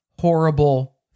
horrible